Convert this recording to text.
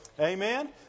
Amen